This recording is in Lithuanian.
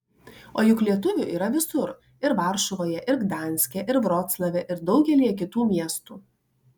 o juk lietuvių yra visur ir varšuvoje ir gdanske ir vroclave ir daugelyje kitų miestų